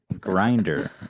grinder